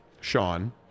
Sean